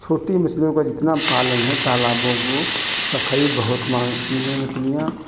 छोटी मछलियों का जितना पालन है तालाबों को सफाई बहुत माँगती हैं मछलियाँ